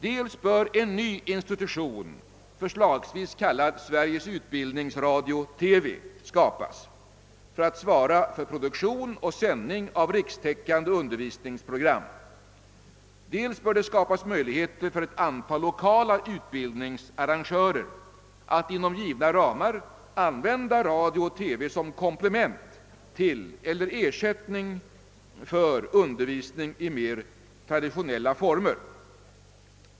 Dels bör en ny institution, förslagsvis kallad Sveriges Utbildningsradio/TV skapas för att svara för produktion och sändning av rikstäckande undervisningsprogram, dels bör det skapas möjligheter för ett antal lokala utbildningsarrangörer att inom givna ramar använda radio och TV som komplement till eller ersättning för undervisning i mer traditionella former.